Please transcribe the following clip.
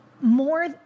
more